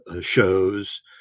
shows